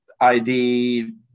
ID